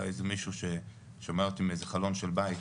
אולי איזה מישהו ששומע אותי מאיזה חלון של בית,